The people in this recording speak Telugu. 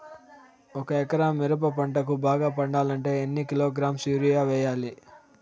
ఒక ఎకరా మిరప పంటకు బాగా పండాలంటే ఎన్ని కిలోగ్రామ్స్ యూరియ వెయ్యాలి?